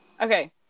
Okay